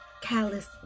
Callous